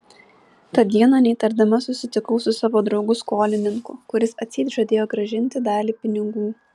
tą dieną neįtardama susitikau su savo draugu skolininku kuris atseit žadėjo grąžinti dalį pinigų